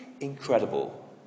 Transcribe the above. incredible